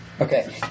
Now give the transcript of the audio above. Okay